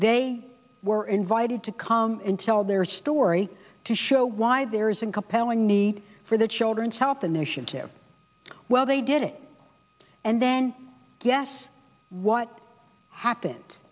they were invited to come and tell their story to show why there isn't a compelling need for the children's health initiative well they did it and then guess what happen